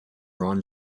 ron